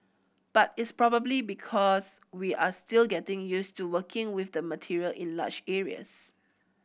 but it's probably because we are still getting used to working with the material in large areas